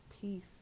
peace